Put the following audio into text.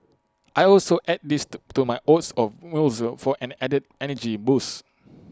I also add these to to my oats or muesli for an added energy boost